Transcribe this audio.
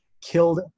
killed